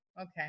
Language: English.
Okay